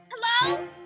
Hello